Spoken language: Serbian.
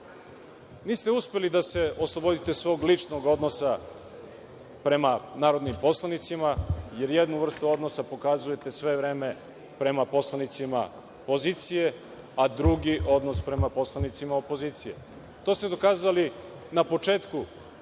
uspeli da se oslobodite svog ličnog odnosa prema narodnim poslanicima, jer jednu vrstu odnosa pokazujete sve vreme prema poslanicima pozicije a drugi odnos prema poslanicima opozicije. To ste dokazali na početku